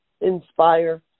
inspire